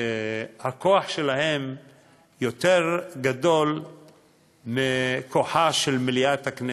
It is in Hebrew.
שהכוח שלהם יותר גדול מכוחה של מליאת הכנסת.